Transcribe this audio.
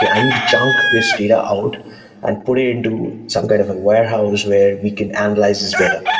i need to chunk this data out and put it into some kind of warehouse where we can analyze this better.